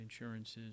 insurances